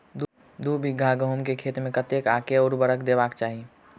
दु बीघा गहूम केँ खेत मे कतेक आ केँ उर्वरक देबाक चाहि?